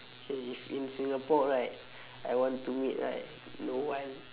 K if in singapore right I want to meet right no one